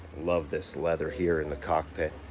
love this leather here in the cockpit.